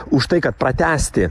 už tai kad pratęsti